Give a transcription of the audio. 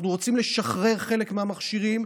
אנחנו רוצים לשחרר חלק מהמכשירים,